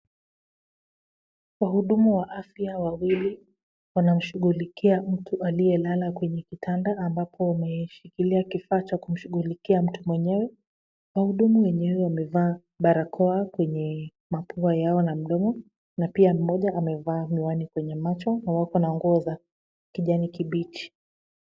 Wahudumu wa afya wawili wanamshughulikia mtu aliyelala kwenye kitanda ambapo wameshikilia kifaa cha kumshughulikia mtu mwenyewe. Wahudumu wenyewe wamevaa barakoa kwenye mapua yao na mdomo na pia mmoja amevaa miwani kwenye macho na wako na nguo za kijani kibichi.